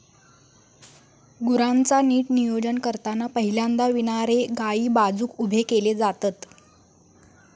गुरांचा नीट नियोजन करताना पहिल्यांदा विणारे गायी बाजुक उभे केले जातत